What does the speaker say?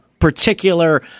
particular